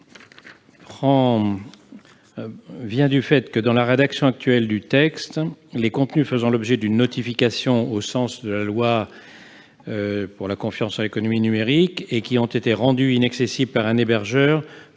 Claude Malhuret. Selon la rédaction actuelle du texte, les contenus ayant fait l'objet d'une notification au sens de la loi pour la confiance dans l'économie numérique et ayant été rendus inaccessibles par un hébergeur